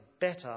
better